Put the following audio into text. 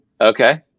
Okay